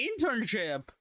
internship